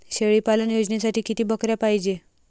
शेळी पालन योजनेसाठी किती बकऱ्या पायजे?